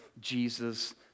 Jesus